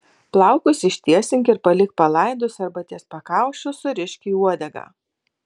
plaukus ištiesink ir palik palaidus arba ties pakaušiu surišk į uodegą